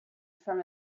from